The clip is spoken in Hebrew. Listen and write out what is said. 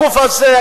הגוף הזה,